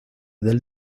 del